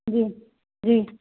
जी जी